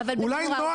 אולי נוח,